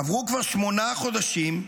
עברו כבר שמונה חודשים,